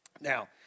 Now